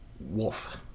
Wolf